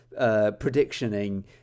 predictioning